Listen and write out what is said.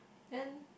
then